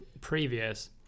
previous